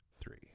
three